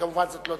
זו כמובן לא דעתי.